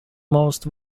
most